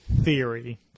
theory